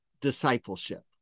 discipleship